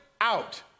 out